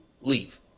leave